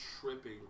tripping